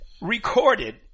recorded